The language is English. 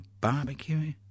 barbecue